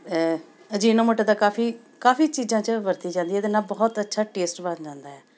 Ajinomoto ਤਾਂ ਕਾਫੀ ਕਾਫੀ ਚੀਜ਼ਾਂ 'ਚ ਵਰਤੀ ਜਾਂਦੀ ਇਹਦੇ ਨਾਲ ਬਹੁਤ ਅੱਛਾ ਟੇਸਟ ਬਣ ਜਾਂਦਾ ਹੈ